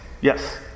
Yes